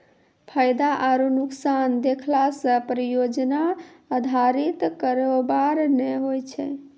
फायदा आरु नुकसान देखला से परियोजना अधारित कारोबार नै होय छै